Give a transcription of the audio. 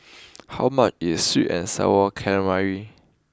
how much is sweet and Sour Calamari